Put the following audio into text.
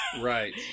Right